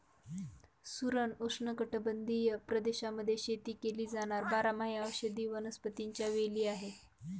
सुरण उष्णकटिबंधीय प्रदेशांमध्ये शेती केली जाणार बारमाही औषधी वनस्पतीच्या वेली आहे